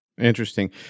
Interesting